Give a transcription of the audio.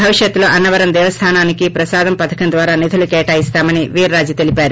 భవిష్యత్తులో అన్సవరం దేవస్థానంకు ప్రసాదం పధకం ద్వారా నిధులు కేటాయిస్తామని వీర్రాజు తెలిపారు